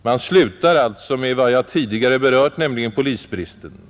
Man slutar alltså de fem punkterna med vad jag tidigare berört, nämligen polisbristen.